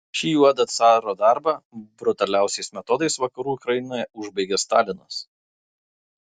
šį juodą caro darbą brutaliausiais metodais vakarų ukrainoje užbaigė stalinas